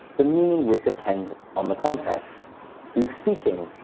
the meaning would depend on the context who's speaking,